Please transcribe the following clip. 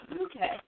Okay